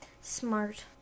smart